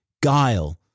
guile